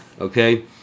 okay